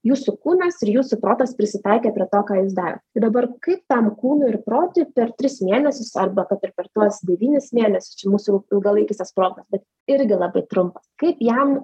jūsų kūnas ir jūsų protas prisitaikė prie to ką jis daro dabar kaip tam kūnui ir protui per tris mėnesius arba kad ir per tuos devynis mėnesius čia mūsų jau ilgalaikis tas protas bet irgi labai trumpas kaip jam